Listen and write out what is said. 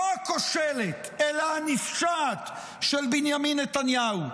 לא הכושלת אלא הנפשעת, של בנימין נתניהו.